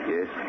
Yes